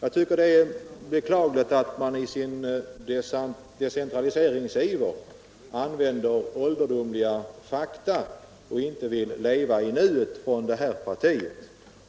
Der är beklagligt att detta parti i sin decentraliseringsiver för fram föråldrade fakta och inte vill leva i nuet.